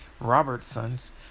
Robertsons